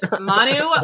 Manu